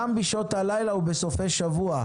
גם בשעות הלילה ובסופי שבוע"